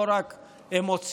לא רק אמוציונלית,